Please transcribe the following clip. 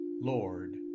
Lord